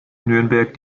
nürnberg